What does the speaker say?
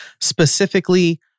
specifically